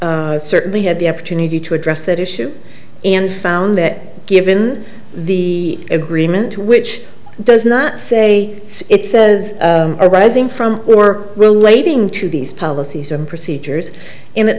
court certainly had the opportunity to address that issue and found that given the agreement which does not say it says arising from or relating to these policies and procedures and it